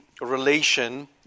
relation